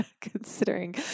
considering